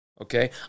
okay